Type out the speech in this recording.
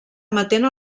emetent